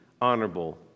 honorable